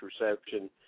reception